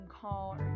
call